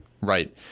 Right